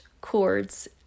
chords